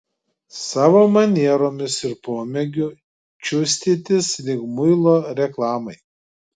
savo manieromis ir pomėgiu čiustytis lyg muilo reklamai